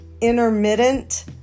intermittent